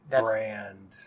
brand